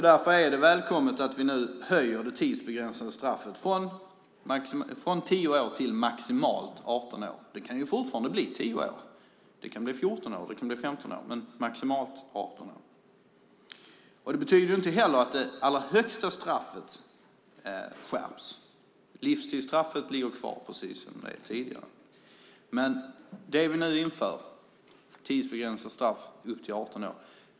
Därför är det välkommet att vi nu höjer det tidsbegränsade straffet från 10 år till maximalt 18 år. Det kan fortfarande bli 10 år, det kan bli 14 år, och det kan bli 15 år. Men det kan bli maximalt 18 år. Det betyder inte heller att det allra högsta straffet skärps. Livstidsstraffet blir kvar som det har varit tidigare. Men det som vi nu inför är ett tidsbestämt straff på upp till 18 år.